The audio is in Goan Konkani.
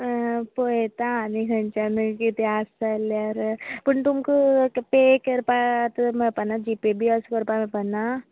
पळयतां आनी खंयच्यान कितेंय आसा जाल्यार पूण तुमकां पे करपाक मेळपाना जीपे बी अशें करपा मेळपाना